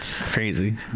Crazy